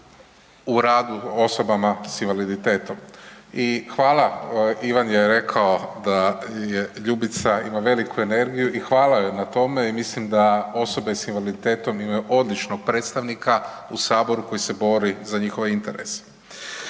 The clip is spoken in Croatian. radu osobama sa invaliditetom. I hvala, Ivan je rekao da Ljubica ima veliku energiju i hvala joj na tome, i mislim da osobe sa invaliditetom imaju odličnog predstavnika u Saboru koji se bori za njihove interese.